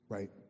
Right